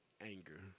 anger